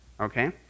Okay